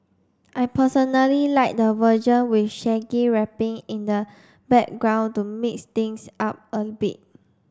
I personally like the version with Shaggy rapping in the background to mix things up a bit